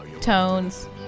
tones